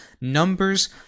numbers